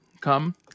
come